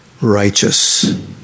righteous